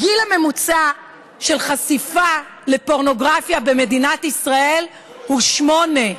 הגיל הממוצע של חשיפה לפורנוגרפיה במדינת ישראל הוא שמונה.